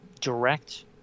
direct